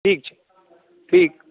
ठीक छै ठीक